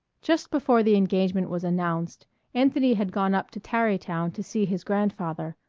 just before the engagement was announced anthony had gone up to tarrytown to see his grandfather,